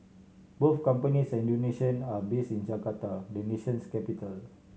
both companies are Indonesian and based in Jakarta the nation's capital